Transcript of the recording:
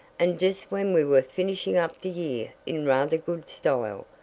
and just when we were finishing up the year in rather good style.